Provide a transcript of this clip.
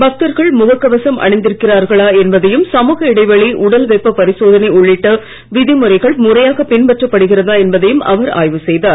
பக்தர்கள் முகக் கவசம் அணிந்திருக்கிறார்களா என்பதையும் சமூக இடைவெளி உடல் வெப்ப பரிசோதனை உள்ளிட்ட விதிமுறைகள் முறையாக பின்பற்றப்படுகிறதா என்பதையும் அவர் ஆய்வு செய்தார்